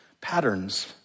patterns